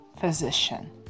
physician